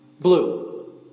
blue